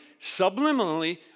subliminally